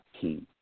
key